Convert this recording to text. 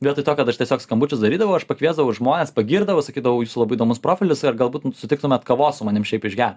vietoj to kad aš tiesiog skambučius darydavau aš pakviesdavau žmones pagirdavau sakydavau jūsų labai įdomus profilis ar galbūt sutiktumėt kavos su manim šiaip išgert